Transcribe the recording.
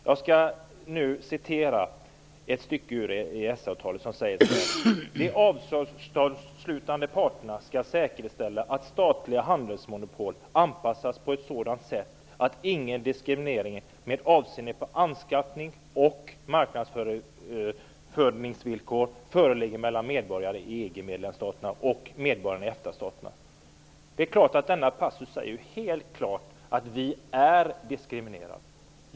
Jag skall återge ett stycke av EES avtalet: De avtalsslutande parterna skall säkerställa att statliga handelsmonopol anpassas på ett sådant sätt att ingen diskriminering med avseende på anskaffnings och marknadsföringsvillkor föreligger mellan medborgarna i EG Denna passus visar helt klart att vi är diskriminerande.